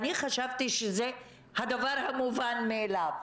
אני חשבתי שזה הדבר המובן מאליו.